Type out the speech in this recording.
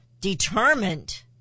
determined